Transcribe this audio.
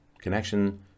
connection